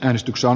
äänestyksen